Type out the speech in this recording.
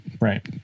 right